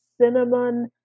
cinnamon